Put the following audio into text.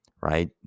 right